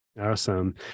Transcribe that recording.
awesome